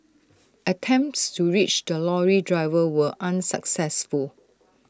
attempts to reach the lorry driver were unsuccessful